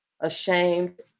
Ashamed